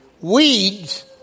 Weeds